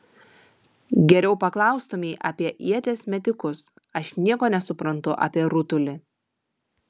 geriau paklaustumei apie ieties metikus aš nieko nesuprantu apie rutulį